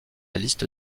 liste